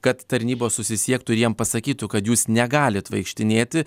kad tarnybos susisiektų ir jiem pasakytų kad jūs negalit vaikštinėti